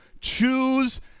choose